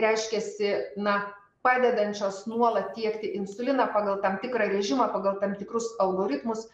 reiškiasi na padedančios nuolat tiekti insuliną pagal tam tikrą režimą pagal tam tikrus algoritmus